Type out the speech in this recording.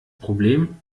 problem